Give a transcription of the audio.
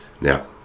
Now